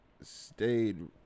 stayed